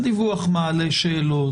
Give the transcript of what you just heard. הדיווח מעלה שאלות.